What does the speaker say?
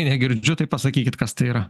ją girdžiu tai pasakykit kas tai yra